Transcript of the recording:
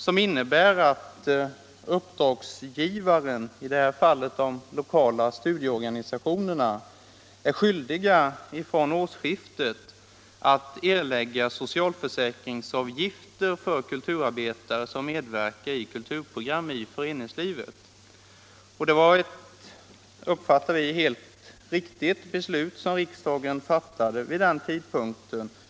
De reglerna innebär att alla uppdragsgivare — i det här fallet de lokala studieorganisationerna — fr.o.m. årsskiftet är skyldiga att erlägga socialförsäkringsavgifter för kulturarbetare som medverkar i kulturprogram i föreningslivet. Som jag ser det var det ett helt riktigt beslut som riksdagen fattade vid den tidpunkten.